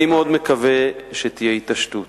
אני מאוד מקווה שתהיה התעשתות.